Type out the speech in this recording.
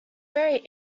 very